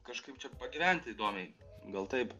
kažkaip čia pagyventi įdomiai gal taip